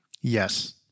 Yes